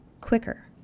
quicker